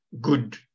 good